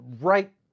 right